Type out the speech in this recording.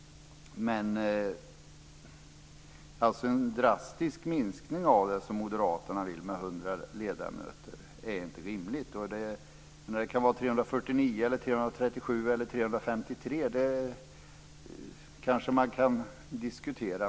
Men en drastisk minskning med 100 ledamöter som Moderaterna vill ha är inte rimlig. Det kan vara 349, 337 eller 353 - det kanske man kan diskutera.